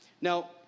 Now